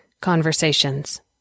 conversations